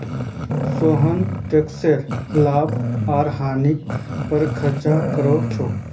सोहन टैकसेर लाभ आर हानि पर चर्चा कर छेक